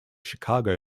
chicago